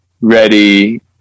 ready